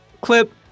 clip